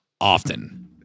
often